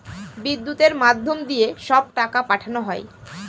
বিদ্যুতের মাধ্যম দিয়ে সব টাকা পাঠানো হয়